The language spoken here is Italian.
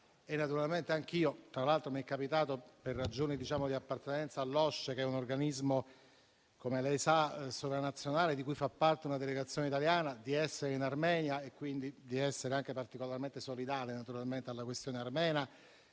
e naturalmente anch'io. Tra l'altro, mi è capitato, per ragioni di appartenenza all'OSCE, che - come lei sa - è un organismo sovranazionale di cui fa parte una delegazione italiana, di trovarmi in Armenia e quindi di sentirmi anche particolarmente solidale con la questione armena.